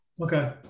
Okay